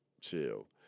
Chill